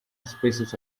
suspicious